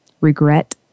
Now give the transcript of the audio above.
regret